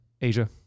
Asia